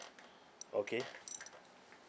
okay